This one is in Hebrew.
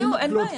נירה,